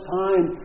time